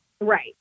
Right